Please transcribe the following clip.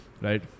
right